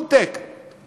food-tech,